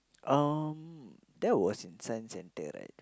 um that was in Science-Centre right